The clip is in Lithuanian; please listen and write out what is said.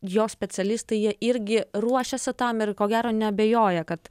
jo specialistai jie irgi ruošiasi tam ir ko gero neabejoja kad